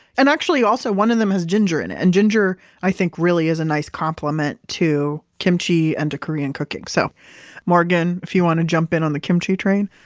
and actually also, one of them has ginger in it. and ginger i think really is a nice compliment to kimchi and to korean cooking. so morgan if you want to jump in on the kimchi train,